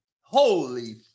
Holy